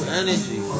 energy